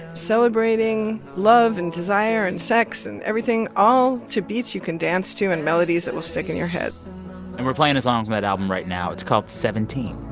celebrating love and desire and sex and everything all to beats you can dance to and melodies that will stick in your head and we're playing a song from that album right now. it's called seventeen.